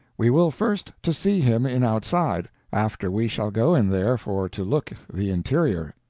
we will first to see him in oudside, after we shall go in there for to look the interior.